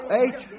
eight